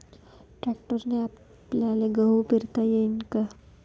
ट्रॅक्टरने आपल्याले गहू पेरता येईन का?